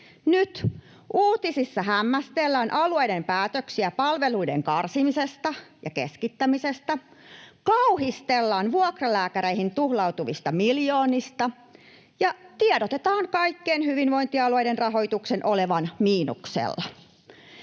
Nyt uutisissa hämmästellään alueiden päätöksiä palveluiden karsimisesta ja keskittämisestä, kauhistellaan vuokralääkäreihin tuhlautuvista miljoonista ja tiedotetaan kaikkien hyvinvointialueiden rahoituksen olevan miinuksella.